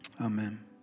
Amen